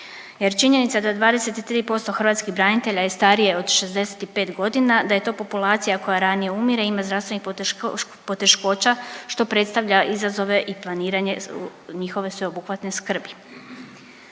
jer činjenica da 23% hrvatskih branitelja je starije od 65 godina, da je to populacija koja ranije umire i ima zdravstvenih poteškoća, što predstavlja izazove i planiranje njihove sveobuhvatne skrbi.